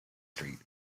street